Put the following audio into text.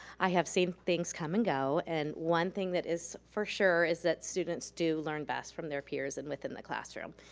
i have seen things come and go, and one thing that is for sure is that students do learn best from their peers and within the classroom.